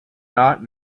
not